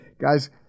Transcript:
Guys